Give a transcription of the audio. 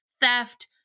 theft